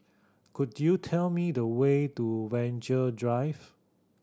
could you tell me the way to Venture Drive